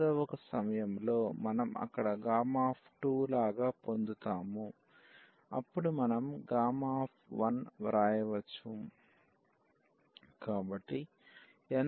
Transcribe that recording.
ఏదో ఒక సమయంలో మనం అక్కడ 2 లాగా పొందుతాము అప్పుడు మనం 1 వ్రాయవచ్చు